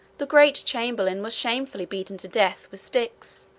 the great chamberlain was shamefully beaten to death with sticks,